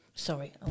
Sorry